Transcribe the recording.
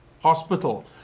hospital